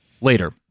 later